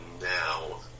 now